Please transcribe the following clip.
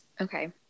Okay